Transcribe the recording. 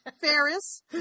Ferris